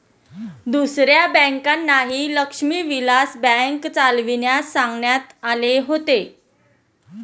दुसऱ्या बँकांनाही लक्ष्मी विलास बँक चालविण्यास सांगण्यात आले होते